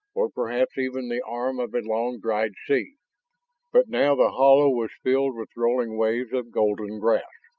or perhaps even the arm of a long-dried sea. but now the hollow was filled with rolling waves of golden grass,